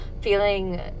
feeling